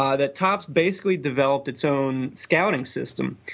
um that topps basically developed its own scouting system.